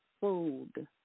food